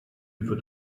wird